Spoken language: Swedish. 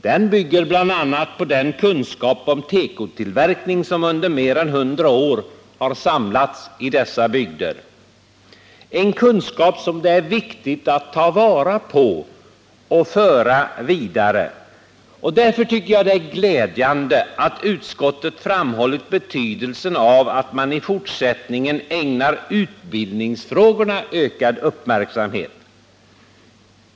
Den bygger bl.a. på den kunskap om tekotillverkning som under mer än 100 år har samlats i dessa bygder, en kunskap som det är viktigt att ta vara på och föra vidare. Därför tycker jag att det är glädjande att utskottet framhållit betydelsen av att man i fortsättningen ägnar utbildningsfrågorna ökad uppmärksamhet.